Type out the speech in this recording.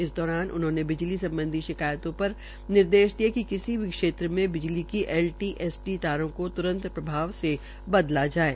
इस दौरान उन्होंने बिजली सम्बधी शिकायतों पर निर्देश दिये कि किसी भी क्षेत्र में बिजली की एल टी एस टी तारों को तुरंत प्रभाव से बदला जाये